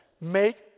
Make